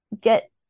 get